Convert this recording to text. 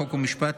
חוק ומשפט,